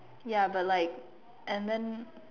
ya but like and then